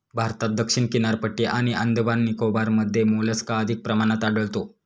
भारतात दक्षिण किनारपट्टी आणि अंदमान निकोबारमध्ये मोलस्का अधिक प्रमाणात आढळतो